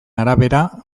arabera